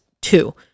two